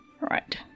Right